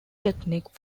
technique